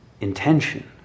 intention